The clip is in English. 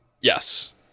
Yes